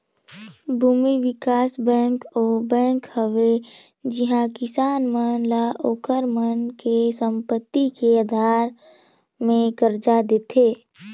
भूमि बिकास बेंक ओ बेंक हवे जिहां किसान मन ल ओखर मन के संपति के आधार मे करजा देथे